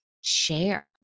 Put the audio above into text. share